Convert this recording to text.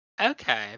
okay